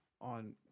on